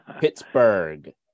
Pittsburgh